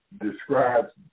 describes